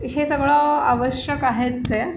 हे सगळं आवश्यक आहेचे